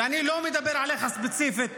ואני לא מדבר עליך ספציפית,